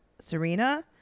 Serena